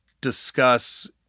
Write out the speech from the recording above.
discuss